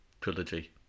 trilogy